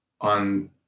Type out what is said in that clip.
on